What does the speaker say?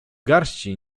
garści